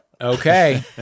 Okay